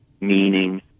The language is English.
Meaning